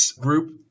group